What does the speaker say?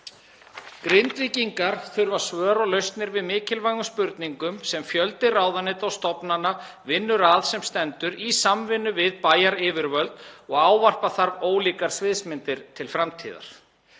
Grindvíkingar þurfa svör og lausnir við mikilvægum spurningum, sem fjöldi ráðuneyta og stofnana vinnur að sem stendur í samvinnu við bæjaryfirvöld og skoða þarf ólíkar sviðsmyndir til framtíðar.